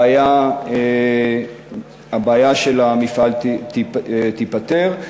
הבעיה של המפעל תיפתר.